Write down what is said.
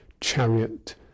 chariot